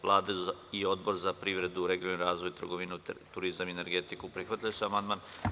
Vlada i Odbor za privredu, regionalni razvoj, trgovinu, turizam i energetiku prihvatili su amandman.